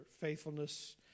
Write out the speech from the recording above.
faithfulness